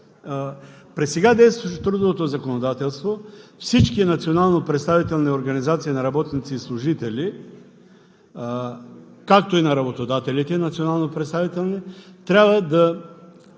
при сега действащото трудово законодателство всички национално представителни организации на работници и служители, както и на работодателите – национално представителни, трябва да